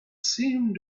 seemed